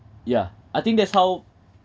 yeah I think that's how